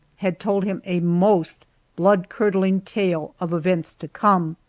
had told him a most blood-curdling tale of events to come.